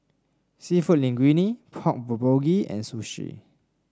seafood Linguine Pork Bulgogi and Sushi